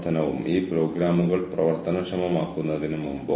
എനിക്ക് എല്ലാം അറിയുമോ